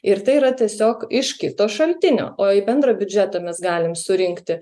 ir tai yra tiesiog iš kito šaltinio o į bendrą biudžetą mes galim surinkti